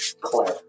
Claire